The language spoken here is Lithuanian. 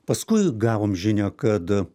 paskui gavom žinią kad